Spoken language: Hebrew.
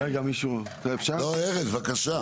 ארז בבקשה.